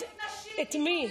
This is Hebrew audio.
את מי?